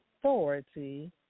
authority